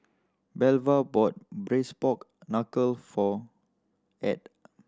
Belva bought Braised Pork Knuckle for Ed